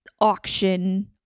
auction